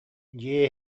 дьиэ